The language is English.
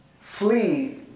flee